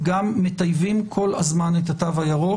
אנחנו גם מטייבים כל הזמן את התו הירוק